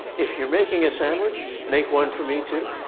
if you're making a sandwich, make one for me too.